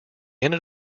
ended